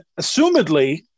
assumedly